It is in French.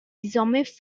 désormais